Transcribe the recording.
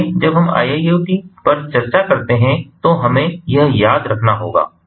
इसलिए जब हम IIoT पर चर्चा करते हैं तो हमें यह याद रखना होगा